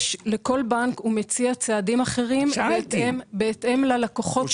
כל בנק מציע צעדים אחרים בהתאם ללקוחות שלו.